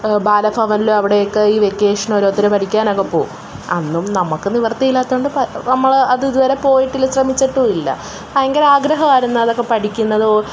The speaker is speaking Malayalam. ബാലഭവനിലും അവിടെയൊക്കെ ഈ വെക്കേഷന് ഓരോരുത്തർ പഠിക്കാനൊക്കെ പോകും അന്നും നമുക്ക് നിവർത്തിയില്ലാത്തതുകൊണ്ട് നമ്മൾ അത് ഇത് വരെ പോയിട്ടില്ല ശ്രമിച്ചിട്ടും ഇല്ല ഭയങ്കര ആഗ്രഹമായിരുന്നു അതൊക്കെ പഠിക്കുന്നതും